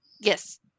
Yes